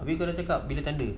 tapi kalau cakap bila tender